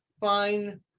Fine